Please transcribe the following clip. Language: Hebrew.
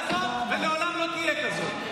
מעולם לא הייתה כזאת ולעולם לא תהיה כזאת.